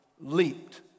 leaped